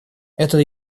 это